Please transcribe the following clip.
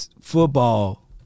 football